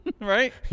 Right